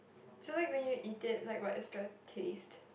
so like when you eat it like what is the taste